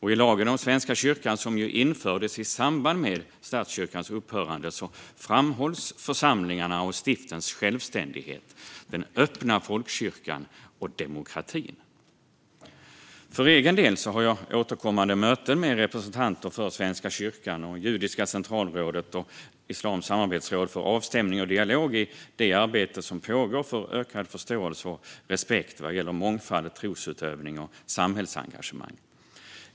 I lagen om Svenska kyrkan, som ju infördes i samband med statskyrkans upphörande, framhålls församlingarnas och stiftens självständighet, den öppna folkkyrkan och demokratin. För egen del har jag återkommande möten med representanter för Svenska kyrkan, Judiska Centralrådet och Islamiska samarbetsrådet för avstämning och dialog i det arbete som pågår för ökad förståelse och respekt vad gäller mångfald, trosutövning och samhällsengagemang.